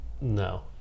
no